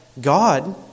God